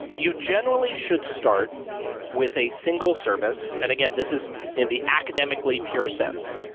you generally should start with a single service. and again, this is in the academically pure sense.